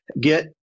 get